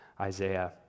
Isaiah